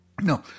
No